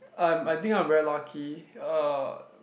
um I think I'm very lucky uh